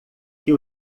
que